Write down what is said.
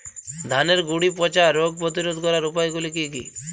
ধানের গুড়ি পচা রোগ প্রতিরোধ করার উপায়গুলি কি কি?